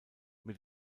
mit